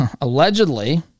allegedly